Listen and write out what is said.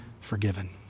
forgiven